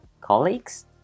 colleagues